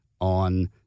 on